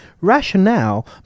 rationale